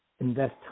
invest